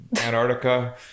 Antarctica